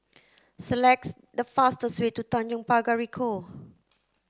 select the fastest way to Tanjong Pagar Ricoh